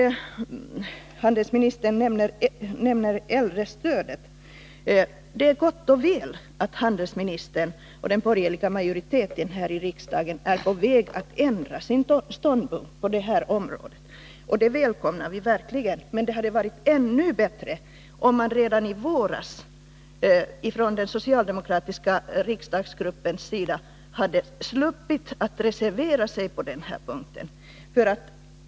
Handelsministern nämner äldrestödet. Det är gott och väl att handelsministern och den borgerliga majoriteten i riksdagen är på väg att ändra sin ståndpunkt på detta område. Det välkomnar vi verkligen. Men det hade varit ännu bättre, om den socialdemokratiska riksdagsgruppen redan i våras hade sluppit reservera sig på den punkten.